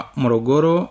morogoro